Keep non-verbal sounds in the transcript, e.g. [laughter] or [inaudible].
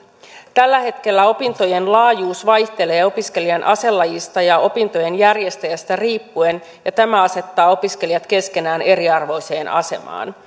tällä hetkellä opintojen laajuus vaihtelee opiskelijan aselajista ja opintojen järjestäjästä riippuen ja tämä asettaa opiskelijat keskenään eriarvoiseen asemaan [unintelligible]